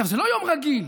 זה לא יום רגיל.